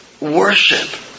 Worship